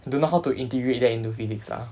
don't know how to integrate that into physics lah